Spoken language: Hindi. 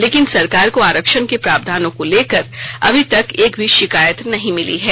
लेकिन सरकार को आरक्षण के प्रावधानों को लेकर अभी तक एक भी शिकायत नहीं मिली है